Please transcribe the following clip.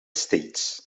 states